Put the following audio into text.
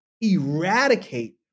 Eradicate